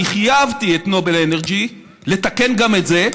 אני חייבתי את נובל אנרג'י לתקן גם את זה,